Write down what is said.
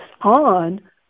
on